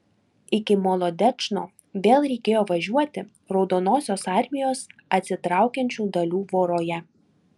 iki molodečno vėl reikėjo važiuoti raudonosios armijos atsitraukiančių dalių voroje